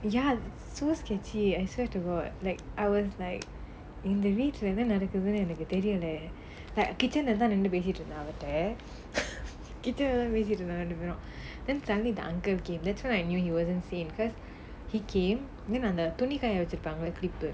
ya so sketchy I swear to god like I was like இந்த வீட்டுல என்ன நடக்குதுன்னு தெரியல:intha veetula enna nadakuthunu teriyala kitchen leh தான் நின்னு பேசிட்டு இருந்தேன்:thaan ninnu pesittu irunthaen kitchen leh தான் பேசிட்டு இருந்தோம்:thaan pesittu irunthom then suddenly the uncle came that's when I knew he wasn't sane because he came then துணி காய வெச்சி இருப்பாங்களா அந்த:thuni kaaya vechi iruppaangalaa antha clip eh